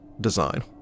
design